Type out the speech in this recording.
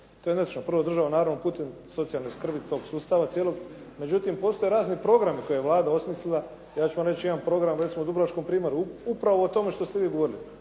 To je netočno. Prvo, država naravno putem socijalne skrbi toga sustava cijelog, međutim postoje različiti programi koji je Vlada osmislila. Ja ću vam reći jedan program, recimo u dubrovačkom primjeru, upravo o tome što ste vi govorili.